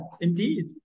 indeed